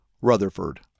Rutherford